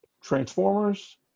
transformers